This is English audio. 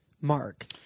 Mark